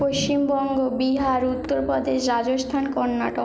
Paschimbanga Bihar Uttar Pradesh Rajasthan Karnataka